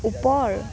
ওপৰ